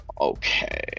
Okay